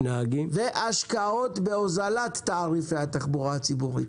השקעות בהוזלת תעריפי התחבורה הציבורית,